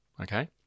Okay